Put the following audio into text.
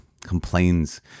complains